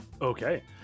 Okay